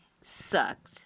Sucked